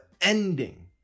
ending